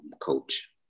coach